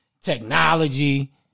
technology